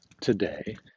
today